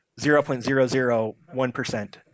0.001%